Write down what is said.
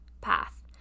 path